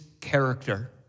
character